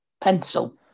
Pencil